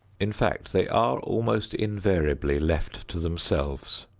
in fact they are almost invariably left to themselves.